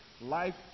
life